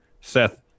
Seth